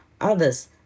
others